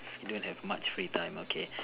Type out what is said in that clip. you don't have much free time okay